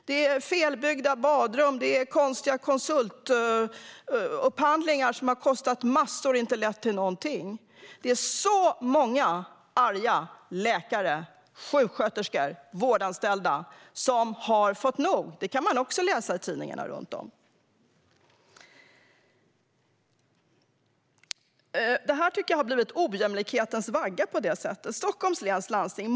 Det är felbyggda badrum och konstiga konsultupphandlingar som har kostat massor och inte lett till någonting. Det finns väldigt många arga läkare, sjuksköterskor och vårdanställda som har fått nog. Det kan man också läsa om i tidningarna. På det sättet tycker jag att Stockholms läns landsting har blivit ojämlikhetens vagga.